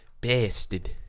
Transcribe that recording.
Bastard